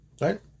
Right